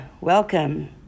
welcome